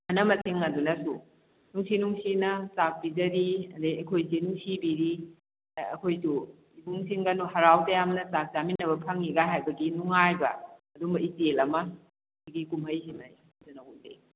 ꯃꯅꯃꯁꯤꯡ ꯑꯗꯨꯅꯁꯨ ꯅꯨꯡꯁꯤ ꯅꯨꯡꯁꯤꯅ ꯆꯥꯛ ꯄꯤꯖꯔꯤ ꯑꯗꯩ ꯑꯩꯈꯣꯏꯁꯦ ꯅꯨꯡꯁꯤꯕꯤꯔꯤ ꯑꯩꯈꯣꯏꯁꯨ ꯏꯕꯨꯡꯁꯤꯡꯒ ꯍꯔꯥꯎ ꯇꯌꯥꯝꯅ ꯆꯥꯛ ꯆꯥꯃꯤꯅꯕ ꯐꯪꯏꯒ ꯍꯥꯏꯕꯒꯤ ꯅꯨꯉꯥꯏꯕ ꯑꯗꯨꯝꯕ ꯏꯆꯦꯜ ꯑꯃ ꯁꯤꯒꯤ ꯀꯨꯝꯍꯩꯁꯤꯅ ꯎꯠꯂꯤ